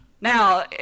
Now